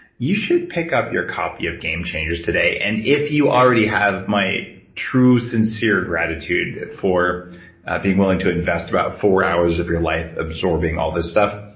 you should pick up your copy of game changers today and if you already have my true sincere gratitude for being willing to invest about four hours of your life absorbing all this stuff.